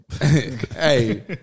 Hey